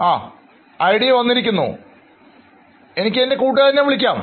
ആശയങ്ങൾവന്നിരിക്കുന്നു എനിക്ക് എൻറെ കൂട്ടുകാരനെ വിളിക്കാം